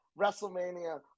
WrestleMania